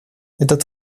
этот